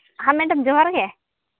ᱦᱮᱸ ᱢᱮᱰᱟᱢ ᱡᱚᱦᱟᱨ ᱜᱮ